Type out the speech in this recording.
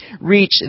reach